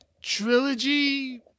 trilogy